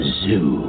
zoo